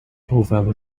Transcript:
valley